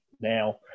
now